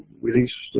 we lease